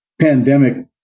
pandemic